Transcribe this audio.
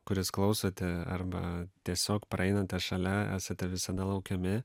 kuris klausote arba tiesiog praeinate šalia esate visada laukiami